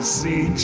see